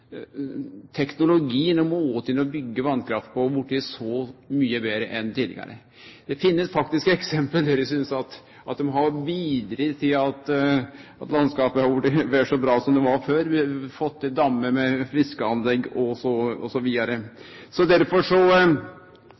mykje betre enn tidlegare. Det finst faktisk eksempel der eg synest at dei har bidrege til at landskapet har vorte vel så bra som det var før, ein har fått dammar med fiskeanlegg osv. Derfor må vi ikkje sjå anten svart eller kvitt på dette med vasskraft og